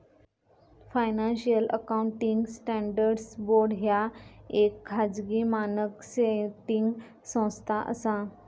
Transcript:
financial accounting standards board ह्या येक खाजगी मानक सेटिंग संस्था असा